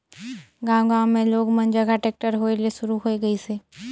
गांव गांव मे लोग मन जघा टेक्टर होय ले सुरू होये गइसे